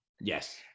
Yes